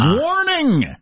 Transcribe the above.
Warning